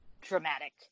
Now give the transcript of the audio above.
dramatic